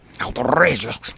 outrageous